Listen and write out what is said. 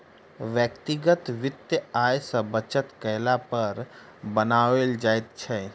व्यक्तिगत वित्त आय सॅ बचत कयला पर बनाओल जाइत छै